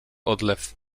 odlew